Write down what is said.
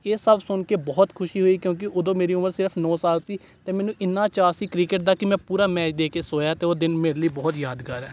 ਇਹ ਸਭ ਸੁਣ ਕੇ ਬਹੁਤ ਖੁਸ਼ੀ ਹੋਈ ਕਿਉਂਕਿ ਉਦੋਂ ਮੇਰੀ ਉਮਰ ਸਿਰਫ ਨੌ ਸਾਲ ਸੀ ਅਤੇ ਮੈਨੂੰ ਇੰਨਾ ਚਾਅ ਸੀ ਕ੍ਰਿਕਟ ਦਾ ਕਿ ਮੈਂ ਪੂਰਾ ਮੈਚ ਦੇਖ ਕੇ ਸੋਇਆ ਅਤੇ ਉਹ ਦਿਨ ਮੇਰੇ ਲਈ ਬਹੁਤ ਯਾਦਗਾਰ ਹੈ